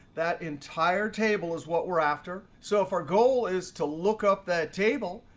that entire table is what we're after. so if our goal is to look up that table,